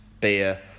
beer